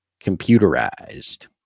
computerized